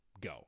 Go